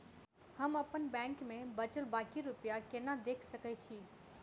हम अप्पन बैंक मे बचल बाकी रुपया केना देख सकय छी?